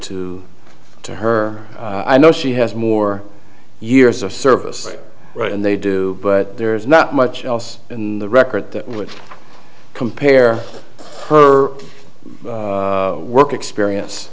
two to her i know she has more years of service right and they do but there is not much else in the record that would compare her work experience